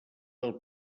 del